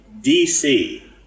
dc